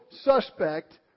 suspect